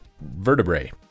vertebrae